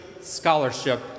scholarship